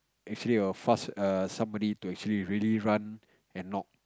actually a fast err somebody to actually really run and knock